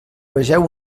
vegeu